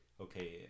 okay